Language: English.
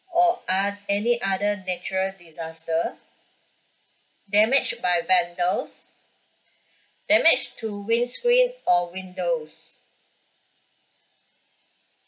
or o~ any other natural disaster damage by vendors damage to windscreen or windows